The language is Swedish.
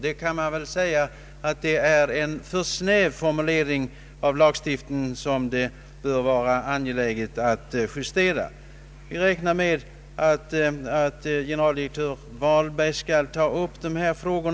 Man kan väl säga att detta är en något för snäv formulering av lagstiftningen, som det bör vara angeläget att justera. Vi förutsätter att generaldirektör Vahlberg skall ta upp dessa frågor.